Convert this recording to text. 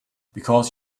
because